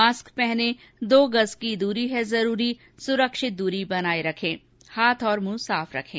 mask पहने दो गज़ की दूरी है जरूरी सुरक्षित दूरी बनाए रखें हाथ और मुंह साफ रखें